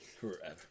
Forever